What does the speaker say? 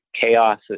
chaos